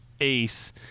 Ace